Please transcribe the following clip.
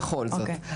ובכל זאת,